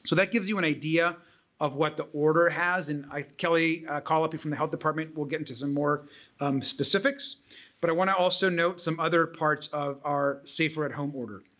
so that gives you an idea of what the order has and kelly colopy from the health department will get into some more specifics but i want to also note some other parts of our safer at home order.